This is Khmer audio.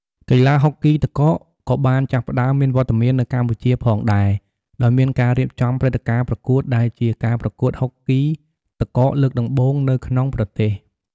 កីឡាហុកគីទឹកកកក៏បានចាប់ផ្ដើមមានវត្តមាននៅកម្ពុជាផងដែរ ដោយមានការរៀបចំព្រឹត្តិការណ៍ប្រកួត ដែលជាការប្រកួតហុកគីទឹកកកលើកដំបូងនៅក្នុងប្រទេស។